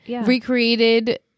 Recreated